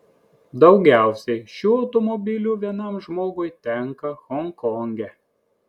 daugiausiai šių automobilių vienam žmogui tenka honkonge